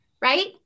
right